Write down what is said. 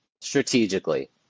strategically